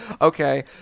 Okay